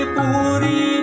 Puri